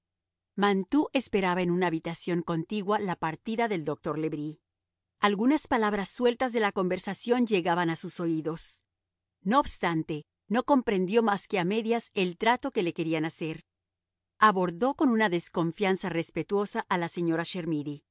mantoux esperaba en una habitación contigua la partida del doctor le bris algunas palabras sueltas de la conversación llegaban a sus oídos no obstante no comprendió más que a medias el trato que le querían hacer abordó con una desconfianza respetuosa a la señora